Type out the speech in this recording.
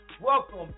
Welcome